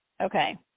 okay